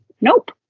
Nope